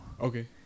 Okay